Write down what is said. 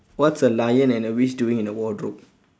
what's a lion and a witch doing in a wardrobe